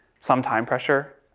some time pressure.